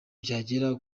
byagera